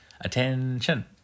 Attention